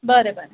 बरें बरें